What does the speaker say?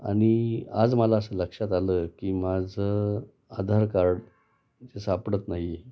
आणि आज मला असं लक्षात आलं की माझं आधार कार्ड जे सापडत नाही आहे